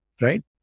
right